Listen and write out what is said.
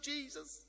Jesus